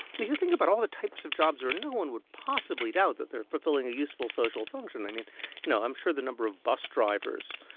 and if you think about all the types of jobs where no one would possibly doubt that they're fulfilling a useful social function, i mean you know, i'm sure the number of bus drivers,